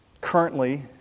Currently